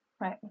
Right